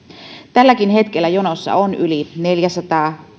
tälläkin hetkellä jonossa on yli neljäsataa